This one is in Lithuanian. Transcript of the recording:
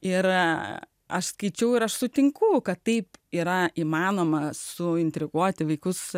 ir aš skaičiau ir aš sutinku kad taip yra įmanoma suintriguoti vaikus